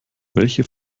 welche